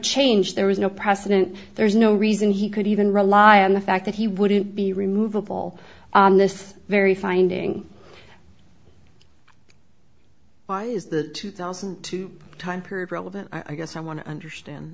change there was no precedent there's no reason he could even rely on the fact that he wouldn't be removeable this very finding why is the two thousand and two time period relevant i guess i want to understand